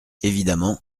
évidemment